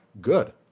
good